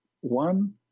One